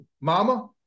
Mama